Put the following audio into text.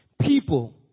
People